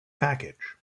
package